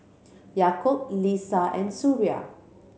Yaakob Lisa and Suria